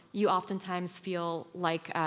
you often times feel like